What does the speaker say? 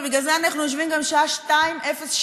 ובגלל זה אנחנו יושבים כאן בשעה 02:07,